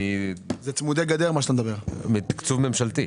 מהתקצוב הממשלתי.